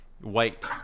white